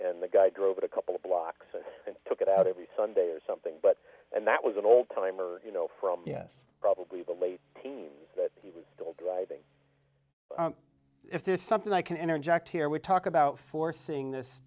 f the guy drove it a couple of blocks and took it out every sunday or something but and that was an old timer you know from yes probably the late teens still driving if there is something i can interject here we talk about forcing this